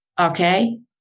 Okay